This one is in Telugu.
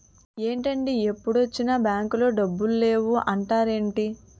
ఏంటండీ ఎప్పుడొచ్చినా బాంకులో డబ్బులు లేవు అంటారేంటీ?